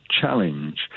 Challenge